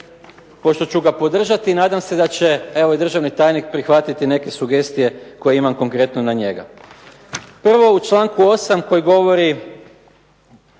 pošto ću ga podržati. Nadam se da će državni tajnik prihvatiti neke sugestije koje imam konkretno na njega. Prvo u članku 8. koji govori